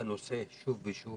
הנושא שוב ושוב